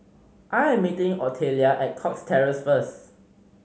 I am meeting Otelia at Cox Terrace first